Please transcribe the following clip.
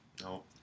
No